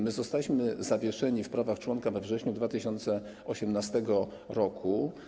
My zostaliśmy zawieszeni w prawach członka we wrześniu 2018 r.